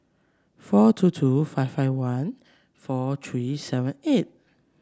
four two two five five one four three seven eight